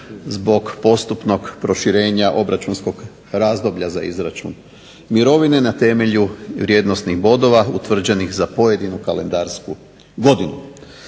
zbog postupnog proširenja obračunskog razdoblja za izračun mirovine na temelju vrijednosnih bodova utvrđenih za pojedinu kalendarsku godinu.